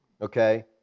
Okay